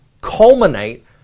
culminate